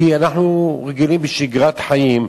כי אנחנו רגילים בשגרת חיים,